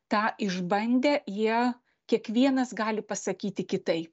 tą išbandę jie kiekvienas gali pasakyti kitaip